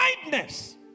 Kindness